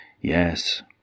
Yes